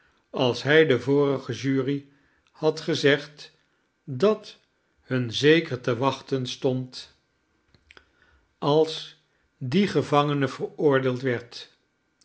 als hij de vorige jury had gezegd dat hun zeker te wachten stond als die gevangene veroordeeld werd